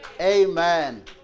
Amen